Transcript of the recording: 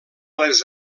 les